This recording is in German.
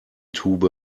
tube